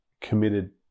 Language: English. committed